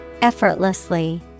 effortlessly